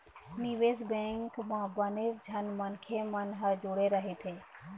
निवेश बेंक म बनेच झन मनखे मन ह जुड़े रहिथे